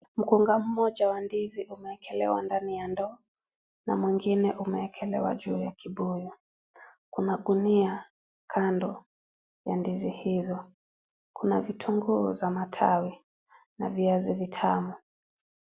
Mkunga moja wa ndizi umewekelewa ndani ya ndoo na mwingine imewekelewa juu ya kibuyu kuna gunia kando ya ndizi hizo , kuna vitunguu za matawi na viazi vitamu.